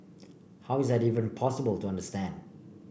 how is that even possible to understand